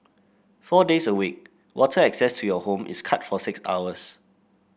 four days a week water access to your home is cut for six hours